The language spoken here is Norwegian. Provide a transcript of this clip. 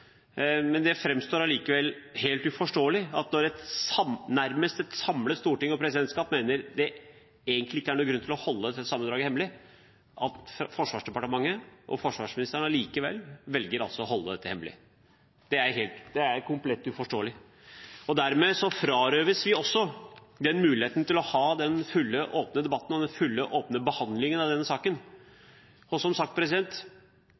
men statsministeren sa noe slikt som at det hadde vært bedre eller enklere for regjeringen dersom dette var åpent. Det framstår som helt uforståelig, når et nærmest samlet storting og presidentskap mener det egentlig ikke er noen grunn til å holde dette sammendraget hemmelig, at Forsvarsdepartementet og forsvarsministeren allikevel velger å holde det hemmelig. Det er komplett uforståelig. Dermed frarøves vi også muligheten til å ha den fulle og åpne debatten og behandlingen av denne saken. Som sagt